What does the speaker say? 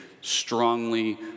strongly